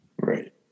right